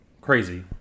crazy